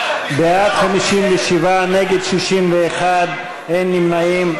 57 בעד, 61 נגד, אין נמנעים.